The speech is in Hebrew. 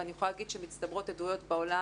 ואני יכולה להגיד שמצטברות עדויות בעולם